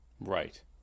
Right